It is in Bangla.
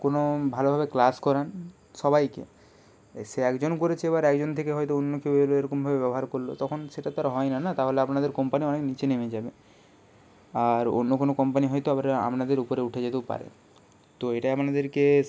কোনো ভালোভাবে ক্লাস করান সবাইকে এ সে একজন করেছে এবার একজন থেকে হয়তো অন্য কেউ এলো এরকমভাবে ব্যবহার করলো তখন সেটা তো আর হয় না না তাহলে আপনাদের কোম্পানি অনেক নীচে নেমে যাবে আর অন্য কোনো কোম্পানি হয়তো আবার আপনাদের উপরে উঠে যেতেও পারে তো এটাই আপনাদেরকে